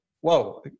whoa